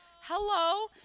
Hello